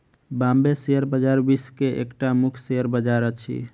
Bombay share बजार विश्व के एकटा मुख्य शेयर बजार अछि